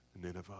Nineveh